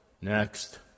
Next